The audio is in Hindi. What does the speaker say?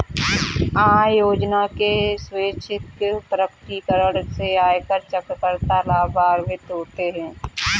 आय योजना के स्वैच्छिक प्रकटीकरण से आयकर चूककर्ता लाभान्वित होते हैं